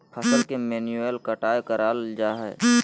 फसल के मैन्युअल कटाय कराल जा हइ